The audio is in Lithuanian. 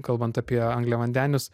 kalbant apie angliavandenius